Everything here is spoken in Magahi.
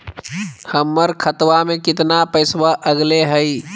हमर खतवा में कितना पैसवा अगले हई?